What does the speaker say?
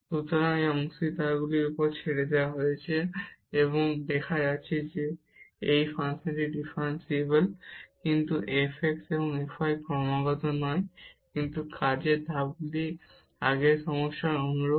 সুতরাং এটি অংশগ্রহণকারীদের উপর ছেড়ে দেওয়া হয়েছে আমরা দেখাতে যাচ্ছি না যে এই ফাংশনটি ডিফারেনসিবল কিন্তু f x এবং f y ক্রমাগত নয় কিন্তু কাজের ধাপগুলি আগের সমস্যার অনুরূপ